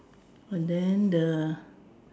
and then the